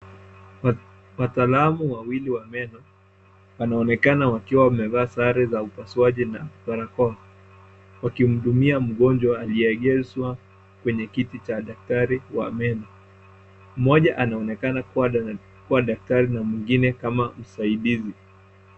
Wataalumu wawili wa meno wanaonekana wakiwa wamevaa sare za upasuaji na barakoa, wakimhudumia mngonjwa aliyelaswa kwenye kiti cha daktari wa meno, moja anaonekana kuwa daktari na mwingine kama m saidisi.